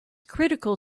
critical